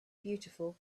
beautiful